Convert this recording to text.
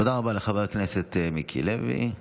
תודה רבה לחבר הכנסת מיקי לוי.